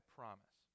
promise